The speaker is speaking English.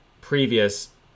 previous